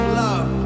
love